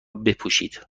بپوشید